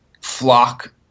flock